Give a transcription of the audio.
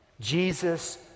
Jesus